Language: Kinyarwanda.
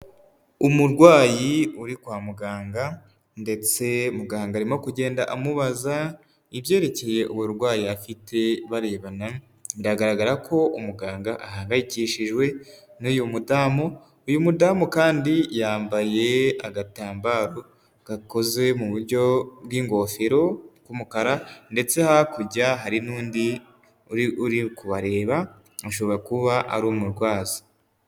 Umurwayi uri kwa muganga ndetse muganga arimo kugenda amubaza ibyerekeye uburwayi afite barebana, biragaragara ko umuganga ahangayikishijwe n'uyu mudamu, uyu mudamu kandi yambaye agatambaro gakoze mu buryo bw'ingofero bw'umukara ndetse hakurya hari n'undi uri uri kubareba ashobora kuba ari umurwaza.